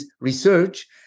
research